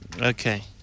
Okay